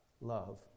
love